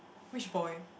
which boy